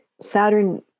Saturn